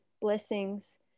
blessings